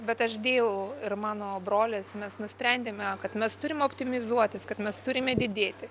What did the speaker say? bet aš dėjau ir mano brolis mes nusprendėme kad mes turim optimizuotis kad mes turime didėti